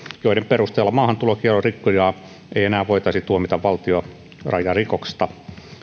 joiden perusteella maahantulokiellon rikkojaa ei enää voitaisi tuomita valtionrajarikoksesta